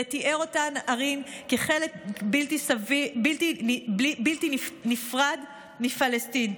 ותיאר את אותן ערים כחלק בלתי נפרד מפלסטין.